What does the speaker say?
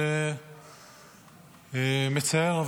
זה מצער,